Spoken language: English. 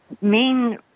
main